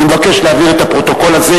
אני מבקש להעביר את הפרוטוקול הזה,